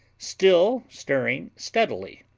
still stirring steadily,